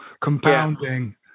compounding